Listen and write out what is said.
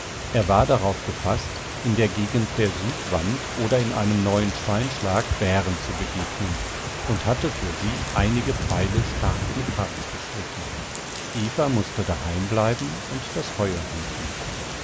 er war darauf gefaßt in der gegend der südwand oder in einem neuen steinschlag bären zu begegnen und hatte für sie einige pfeile stark mit harz bestrichen eva mußte daheim bleiben und das feuer hüten